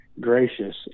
Gracious